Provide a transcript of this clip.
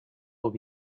will